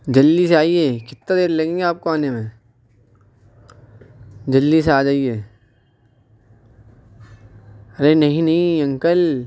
جلدی سے آئیے کتنا دیر لگیں گے آپ کو آنے میں جلدی سے آ جائیے ارے نہیں نہیں انکل